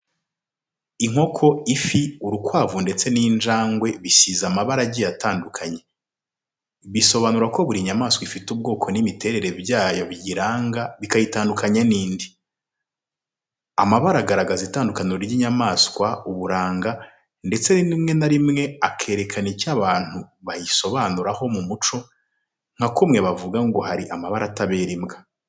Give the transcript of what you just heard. Inkoko, ifi, urukwavu, ndetse n'injangwe bisize amabara agiye atandukanye. Bisobanura ko buri nyamaswa ifite ubwoko n’imiterere byayo biyiranga bikayitandukanya n'indi. Amabara agaragaza itandukaniro ry’inyamaswa, uburanga, ndetse rimwe na rimwe akerekana icyo abantu bayisobanuraho mu muco, nka kumwe bavuga ngo hari ho amabara atabera imbwa.